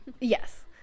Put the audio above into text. yes